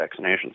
vaccinations